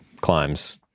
climbs